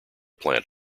plant